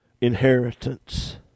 inheritance